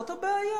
זאת הבעיה?